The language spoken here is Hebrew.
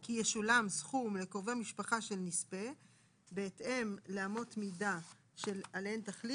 כי ישולם סכום לקרובי משפחה של נספה בהתאם לאמות מידה עליהן תחליט